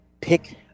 pick